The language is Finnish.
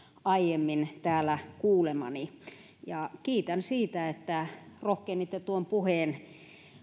aiemmin täällä kuulemani kiitän siitä että rohkenitte tuon puheen